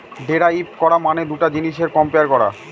derive করা মানে দুটা জিনিসের কম্পেয়ার করা